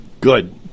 Good